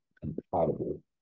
compatible